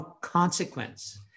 consequence